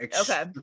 Okay